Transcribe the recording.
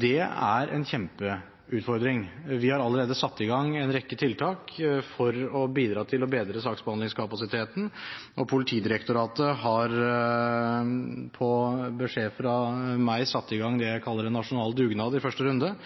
Det er en kjempeutfordring. Vi har allerede satt i gang en rekke tiltak for å bidra til å bedre saksbehandlingskapasiteten, og Politidirektoratet har på beskjed fra meg i første runde satt i gang det jeg kaller en nasjonal dugnad